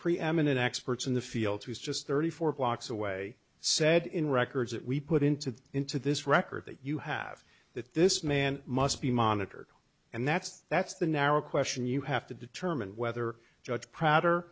preeminent experts in the field who's just thirty four blocks away said in records that we put into the into this record that you have that this man must be monitored and that's that's the narrow question you have to determine whether judge prouder